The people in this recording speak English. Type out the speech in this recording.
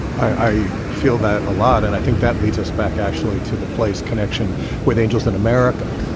i feel that a lot. and i think that leads us back actually to the play's connection with angels in america,